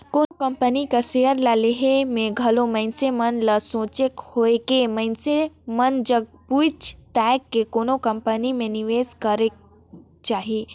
कोनो कंपनी कर सेयर ल लेहे में घलो मइनसे मन ल सचेत होएके मइनसे मन जग पूइछ ताएछ के कोनो कंपनी में निवेस करेक चाही